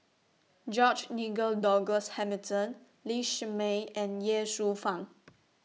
George Nigel Douglas Hamilton Lee Shermay and Ye Shufang